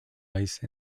ice